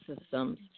systems